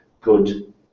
good